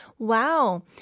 Wow